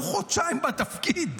הוא חודשיים בתפקיד.